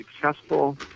successful